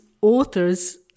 authors